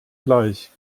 gleich